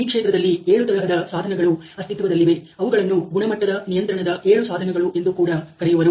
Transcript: ಈ ಕ್ಷೇತ್ರದಲ್ಲಿ ಏಳು ತರಹದ ಸಾಧನಗಳು ಅಸ್ತಿತ್ವದಲ್ಲಿವೆ ಅವುಗಳನ್ನು 'ಗುಣಮಟ್ಟದ ನಿಯಂತ್ರಣದ ಏಳು ಸಾಧನಗಳು' ಎಂದೂ ಕೂಡ ಕರೆಯುವರು